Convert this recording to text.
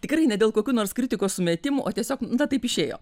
tikrai ne dėl kokių nors kritikos sumetimų o tiesiog taip išėjo